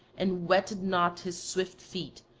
and wetted not his swift feet,